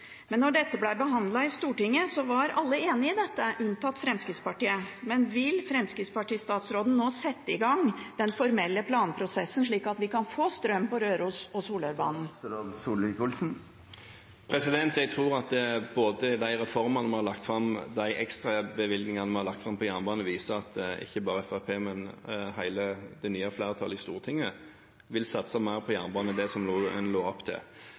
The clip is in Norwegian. dette ble behandlet i Stortinget, var alle enige i dette, unntatt Fremskrittspartiet. Men vil fremskrittspartistatsråden nå sette i gang den formelle planprosessen slik at vi kan få strøm på Røros- og Solørbanen? Jeg tror at både de reformene vi har lagt fram og de ekstrabevilgningene vi har lagt fram på jernbane, viser at ikke bare Fremskrittspartiet, men hele det nye flertallet i Stortinget vil satse mer på jernbane enn det som en la opp til.